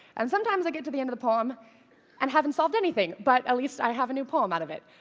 and sometimes i get to the end of the poem and haven't solved anything, but at least i have a new poem out of it.